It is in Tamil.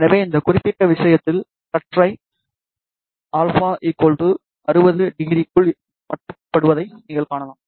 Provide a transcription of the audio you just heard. எனவே இந்த குறிப்பிட்ட விஷயத்தில் கற்றை α 600 க்குள் மட்டுப்படுத்தப்படுவதை நீங்கள் காணலாம்